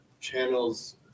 Channels